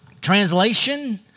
Translation